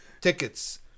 tickets